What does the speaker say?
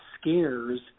scares